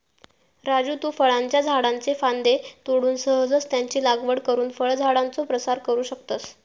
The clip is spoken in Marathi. राजू तु फळांच्या झाडाच्ये फांद्ये तोडून सहजच त्यांची लागवड करुन फळझाडांचो प्रसार करू शकतस